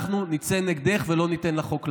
אנחנו נצא נגדך ולא ניתן לחוק לעבור.